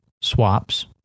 swaps